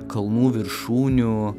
kalnų viršūnių